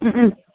ഉ ഉം